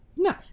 No